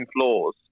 floors